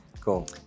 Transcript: Cool